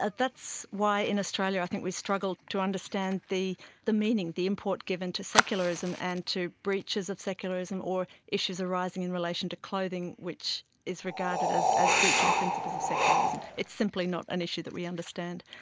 ah that's why in australia i think we struggle to understand the the meaning, the import given to secularism and to breaches of secularism or issues arising in relation to clothing which is regarded as as breaching principles of secularism. it's simply not an issue that we understand.